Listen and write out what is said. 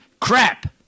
crap